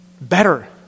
better